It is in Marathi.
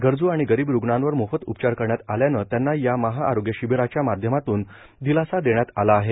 गरजू आणि गरीब रुग्णांवर मोफत उपचार करण्यात आल्याने त्यांना या महाआरोग्य शिबिराच्या माध्यमातून दिलासा देण्यात आला आहे